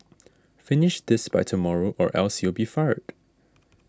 finish this by tomorrow or else you'll be fired